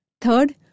Third